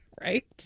right